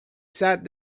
sat